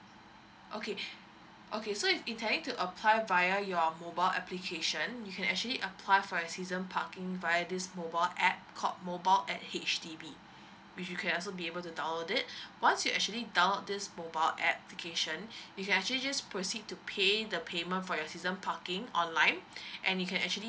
okay okay so if you intending to apply via your mobile application you can actually apply for a season parking via this mobile app called mobile at H_D_B which you can also be able to download it once you actually download this mobile application you can actually just proceed to pay the payment for your season parking online and you can actually